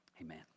amen